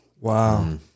Wow